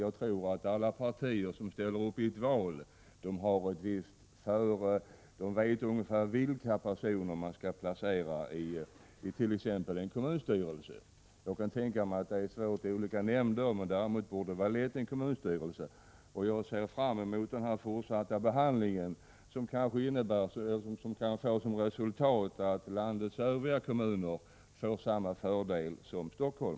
Jag tror att alla partier som ställer upp i ett val vet ungefär vilka personer som partiet skall placera i t.ex. en kommunstyrelse. Jag kan tänka mig att det är svårt att nominera representanter till olika nämnder, men däremot borde det vara lätt att utse partiets ledamöter i kommunstyrelsen. Jag ser fram emot den fortsatta beredningen, som kanske kan få till resultat att landets övriga kommuner ges samma fördel som Helsingfors.